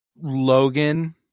Logan